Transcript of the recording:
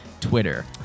Twitter